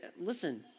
listen